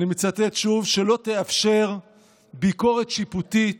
אני מצטט שוב, שלא תאפשר ביקורת שיפוטית